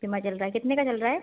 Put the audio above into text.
बीमा चल रहा है कितने का चल रहा है